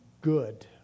good